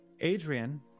Adrian